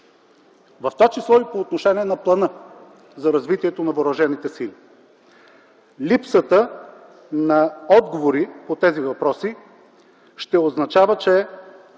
В това число и по отношение на плана за развитието на въоръжените сили. Липсата на отговори по тези въпроси ще означава, че